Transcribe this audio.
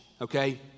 okay